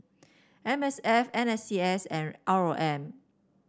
M S F N C S and R O M